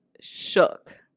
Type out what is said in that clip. shook